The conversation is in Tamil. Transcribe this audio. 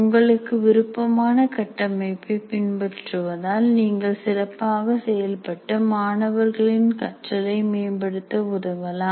உங்களுக்கு விருப்பமான கட்டமைப்பை பின்பற்றுவதால் நீங்கள் சிறப்பாக செயல்பட்டு மாணவர்களின் கற்றலை மேம்படுத்த உதவலாம்